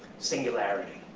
singularity.